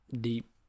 deep